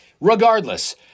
Regardless